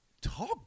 talk